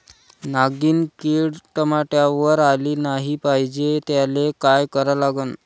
नागिन किड टमाट्यावर आली नाही पाहिजे त्याले काय करा लागन?